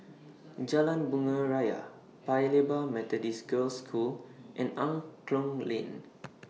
Jalan Bunga Raya Paya Lebar Methodist Girls' School and Angklong Lane